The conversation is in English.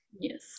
yes